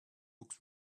books